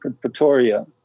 Pretoria